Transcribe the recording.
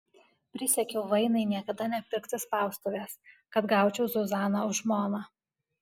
prisiekiau vainai niekada nepirkti spaustuvės kad gaučiau zuzaną už žmoną